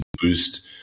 boost